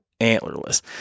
antlerless